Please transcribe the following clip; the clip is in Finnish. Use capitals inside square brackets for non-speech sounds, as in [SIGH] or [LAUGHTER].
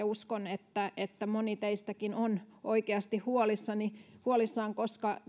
[UNINTELLIGIBLE] uskon että että moni teistäkin on oikeasti huolissaan koska